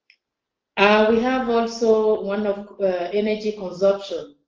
ah um have also one of energy consumption.